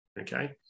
okay